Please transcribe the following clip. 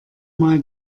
mal